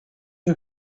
who